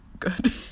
good